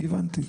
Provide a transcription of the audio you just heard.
הבנתי.